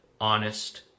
honest